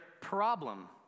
problem